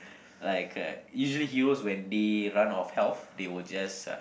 like uh usually heroes when they run of health they will just uh